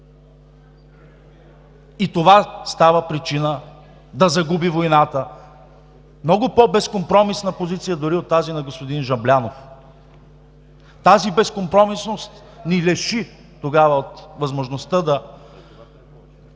и това става причина да загуби войната – много по-безкомпромисна позиция дори от тази на господин Жаблянов. Тази безкомпромисност ни лиши тогава от възможността да